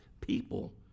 people